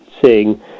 seeing